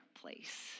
place